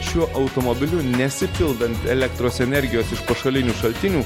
šiuo automobiliu nesipildant elektros energijos iš pašalinių šaltinių